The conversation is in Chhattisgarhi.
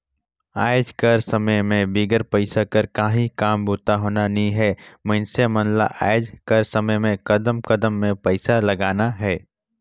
आएज कर समे में बिगर पइसा कर काहीं काम बूता होना नी हे मइनसे मन ल आएज कर समे में कदम कदम में पइसा लगना हे